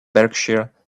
berkshire